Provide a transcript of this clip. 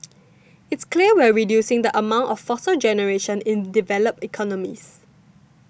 it's clear we're reducing the amount of fossil generation in developed economies